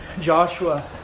Joshua